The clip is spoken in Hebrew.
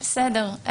בסדר,